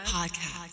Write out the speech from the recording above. Podcast